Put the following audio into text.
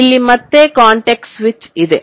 ಇಲ್ಲಿ ಮತ್ತೆ context switch ಇದೆ